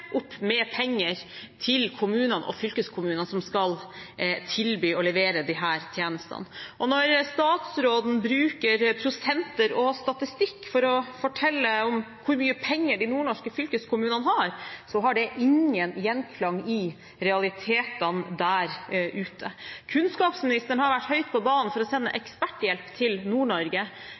opp med penger til kommunene og fylkeskommunene, som skal tilby å levere disse tjenestene. Når statsråden bruker prosenter og statistikk for å fortelle hvor mye penger de nordnorske fylkeskommunene har, har det ingen gjenklang i realitetene der ute. Kunnskapsministeren har vært høyt på banen for å sende eksperthjelp til